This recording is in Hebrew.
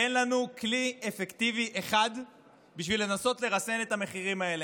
ואין לנו כלי אפקטיבי אחד בשביל לנסות לרסן את המחירים האלה.